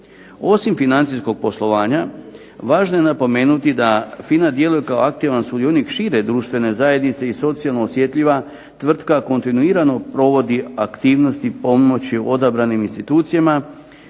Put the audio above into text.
Osim financijskog poslovanja važno je napomenuti da FINA djeluje kao aktivan sudionik šire društvene zajednice i socijalno osjetljiva tvrtka kontinuirano provodi aktivnosti pomoći odabranih institucijama